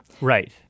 right